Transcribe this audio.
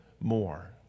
more